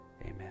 Amen